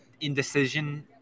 indecision